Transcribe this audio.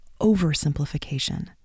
oversimplification